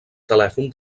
telèfon